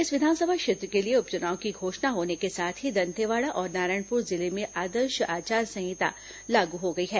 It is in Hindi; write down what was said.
इस विधानसभा क्षेत्र के लिए उप चुनाव की घोषणा होने के साथ ही दंतेवाड़ा और नारायणपुर जिले में आदर्श आचार संहिता लागू हो गई है